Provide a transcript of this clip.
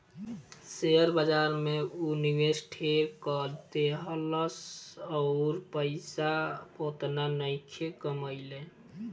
share बाजार में ऊ निवेश ढेर क देहलस अउर पइसा ओतना नइखे कमइले